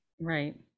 right